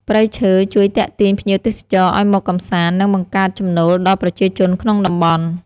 ព្រៃឈើជួយទាក់ទាញភ្ញៀវទេសចរឱ្យមកកម្សាន្ត និងបង្កើតចំណូលដល់ប្រជាជនក្នុងតំបន់។